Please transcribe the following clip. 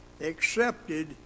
accepted